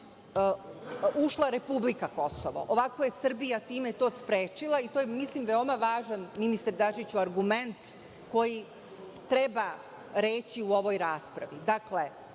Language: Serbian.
ušla republika Kosovo. Ovako je Srbija time to sprečila i to je, mislim, veoma važan, ministar Dačiću, argument, koji treba reći u ovoj raspravi. Dakle,